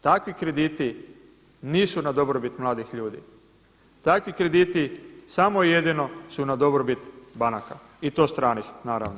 Takvi krediti nisu na dobrobit mladih ljudi, takvi krediti samo i jedino su na dobrobit banaka i to stranih naravno.